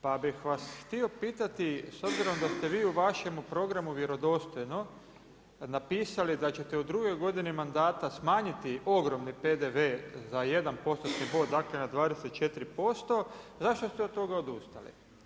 Pa bih vas htio pitati, s obzirom da ste vi u vašem programu vjerodostojno napisali da ćete u drugoj godini mandata smanjiti ogroman PDV za 1% bod, dakle, na 24%, zašto ste od toga odustali?